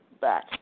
back